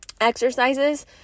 exercises